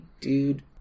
dude